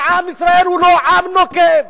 עם ישראל הוא לא עם נוקם.